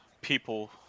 people